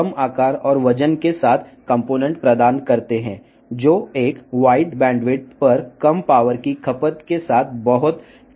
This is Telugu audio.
ఇవి తక్కువ ఫేస్ నాయిస్తో అధిక సరళతను మరియు చాలా ఎక్కువ ఐసోలేషన్ మంచి దశ స్థిరత్వాన్ని అందిస్తాయి